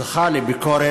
הוא זכה לביקורת